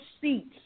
seats